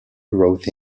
growth